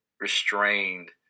restrained